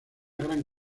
gran